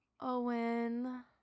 owen